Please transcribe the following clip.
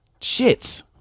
shits